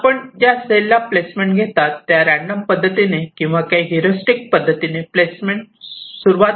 आपण ज्या सेल्सला प्लेसमेंटसाठी घेता त्या रॅन्डम पद्धतीने किंवा काही हेरॉरिस्टिक्स पद्धतीने प्लेसमेंट सुरुवात करू शकतात